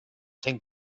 cent